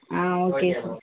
ah okay sir